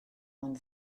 ond